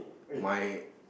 my